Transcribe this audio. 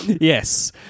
Yes